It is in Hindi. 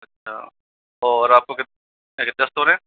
अच्छा और आपको दस्त हो रहे हैं